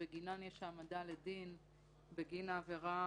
שבגינן יש העמדה לדין בגין העבירה